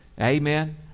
Amen